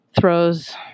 throws